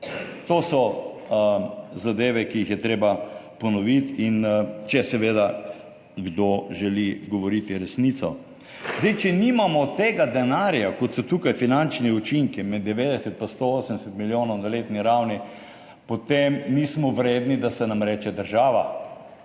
To so zadeve, ki jih je treba ponoviti, če seveda kdo želi govoriti resnico. Če nimamo tega denarja, kot so tukaj finančni učinki, med 90 in 180 milijonov na letni ravni, potem nismo vredni, da se nam reče država.